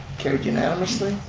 carried unanimously.